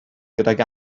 gydag